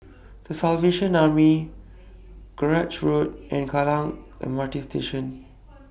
The Salvation Army Grange Road and Kallang M R T Station